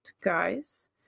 guys